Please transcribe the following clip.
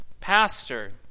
Pastor